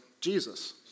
Jesus